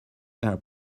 air